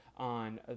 on